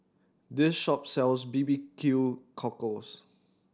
this shop sells B B Q cockles